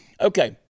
Okay